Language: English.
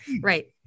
right